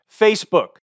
Facebook